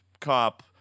cop